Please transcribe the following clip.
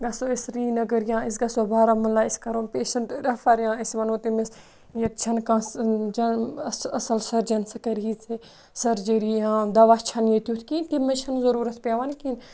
گژھو أسۍ سرینگر یا أسۍ گژھو بارہمولہ أسۍ کَرون پیشَنٛٹ رٮ۪فَر یا أسۍ وَنو تٔمِس ییٚتہِ چھَنہٕ کانٛہہ اَصٕل اَصٕل سٔرجَن سُہ کَرِہی ژےٚ سٔرجٔری یا دَوا چھَنہٕ ییٚتہِ تیُتھ کِہی تِم مےٚ چھَنہٕ ضٔروٗرَتھ پٮ۪وان کِہیٖنۍ